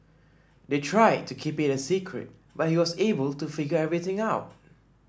they tried to keep it a secret but he was able to figure everything out